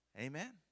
Amen